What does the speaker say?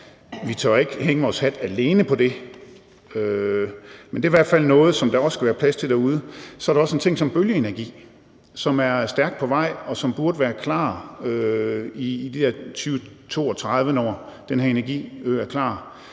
Vi tør ikke hænge vores hat alene på det, men det er i hvert fald noget, som der også skal være plads til derude. Så er der også en ting som bølgeenergi, som er stærkt på vej, som burde være klar i 2032, når den her energiø er klar,